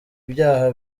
ibyaha